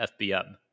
FBM